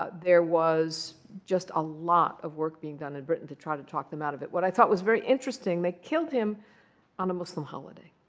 ah there was just a lot of work being done in britain to try to talk them out of it. what i thought was very interesting, they killed him on a muslim holiday,